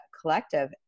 collective